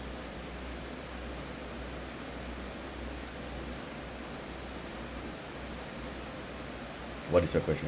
what is your question